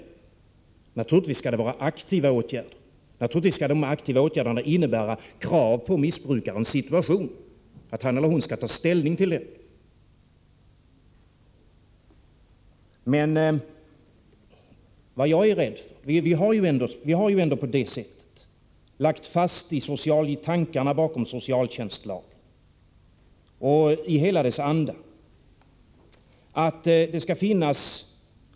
Naturligtvis skall det vara aktiva åtgärder, och naturligtvis skall dessa aktiva åtgärder innebära att man ställer krav på missbrukaren. Han eller hon skall ta ställning till sin situation. Det är ju ändå fastlagt vilka tankar som döljer sig bakom socialtjänstlagen. Det gäller hela dess anda.